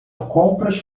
compras